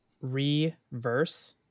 Reverse